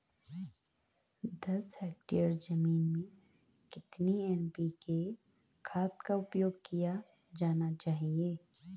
दस हेक्टेयर जमीन में कितनी एन.पी.के खाद का उपयोग किया जाना चाहिए?